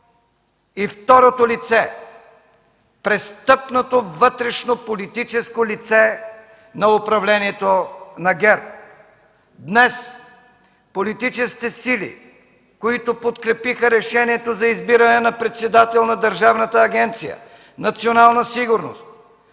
и второто лице – престъпното вътрешнополитическо лице на управлението на ГЕРБ. Днес политическите сили, които подкрепиха решението за избиране на председател на Държавна агенция „Национална сигурност”,